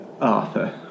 Arthur